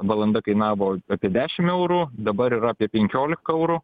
valanda kainavo apie dešim eurų dabar yra apie penkiolika eurų